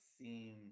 seem